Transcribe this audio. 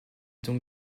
donc